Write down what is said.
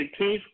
18th